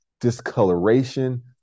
discoloration